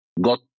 got